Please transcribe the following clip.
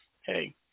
hey